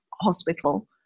hospital